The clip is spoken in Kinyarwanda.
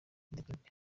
ndirimbe